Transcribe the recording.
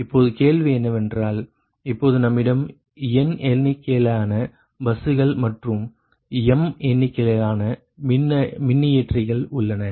இப்பொழுது கேள்வி என்னவென்றால் இப்பொழுது நம்மிடம் n எண்ணிக்கையிலான பஸ்கள் மற்றும் m எண்ணிக்கையிலான மின்னியற்றிகள் உள்ளன